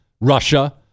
Russia